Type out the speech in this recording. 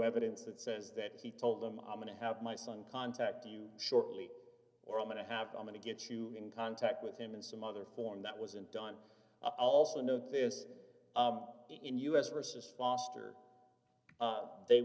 evidence that says that he told them i'm going to have my son contact to you shortly or i'm going to have i'm going to get you in contact with him in some other form that wasn't done i also notice that in u s versus foster they